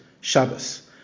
Shabbos